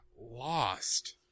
lost